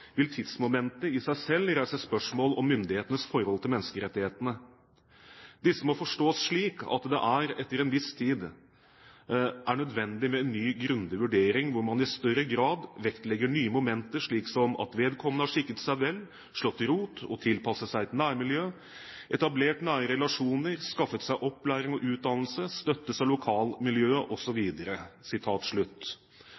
vil tidsmomentet i seg selv reise spørsmål om myndighetenes forhold til menneskerettighetene. Disse må forstås slik at det etter en viss tid, er nødvendig med en ny grundig vurdering hvor man i større grad vektlegger nye momenter slik som: at vedkommende har skikket seg vel, slått rot og tilpasset seg et nærmiljø, etablert nære relasjoner, skaffet seg opplæring og utdannelse, støttes av lokalmiljøet